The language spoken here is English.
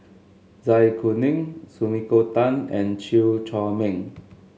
Zai Kuning Sumiko Tan and Chew Chor Meng